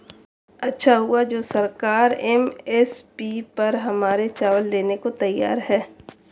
अच्छा हुआ जो सरकार एम.एस.पी पर हमारे चावल लेने को तैयार है